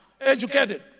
educated